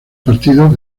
partido